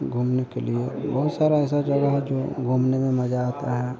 घूमने के लिए बहुत सारी ऐसी जगह हैंजो घूमने में मज़ा आता है